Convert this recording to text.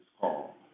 call